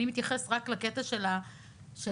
אני מתייחס רק לקטע של הציוד,